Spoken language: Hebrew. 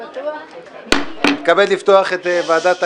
שלום לכולם, אני מתכבד לפתוח את ישיבת ועדת הכנסת.